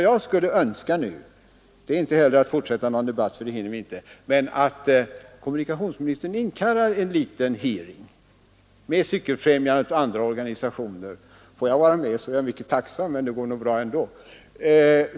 Jag skulle önska att kommunikationsministern kallar till en liten ”hearing” med Cykelfrämjandet och andra organisationer — får jag vara med är jag mycket tacksam men det går nog bra ändå.